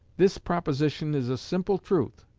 this proposition is a simple truth,